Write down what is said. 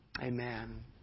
Amen